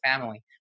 family